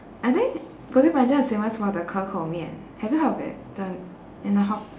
I think bukit panjang is famous for the ke kou mian have you heard of it the in the hawk~